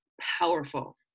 powerful